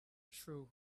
true